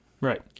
Right